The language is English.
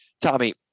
Tommy